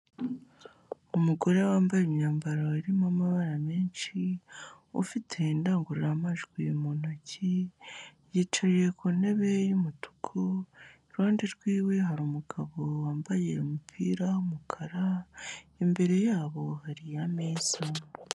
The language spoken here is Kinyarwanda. Umugore wambaye imyambaro irimo amabara menshi, ufite indangururamajwi mu ntoki, yicaye ku ntebe y'umutuku, iruhande rwiwe hari umugabo wambaye umupira w'umukara, imbere yabo hari ameza.